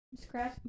scratch